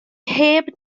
heb